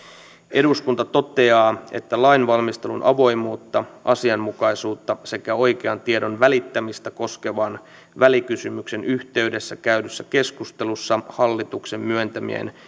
eduskunta toteaa että lainvalmistelun avoimuutta asianmukaisuutta sekä oikean tiedon välittämistä koskevan välikysymyksen yhteydessä käydyssä keskustelussa hallituksen myöntämien